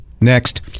next